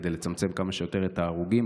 כדי לצמצם כמה שיותר את מספר ההרוגים.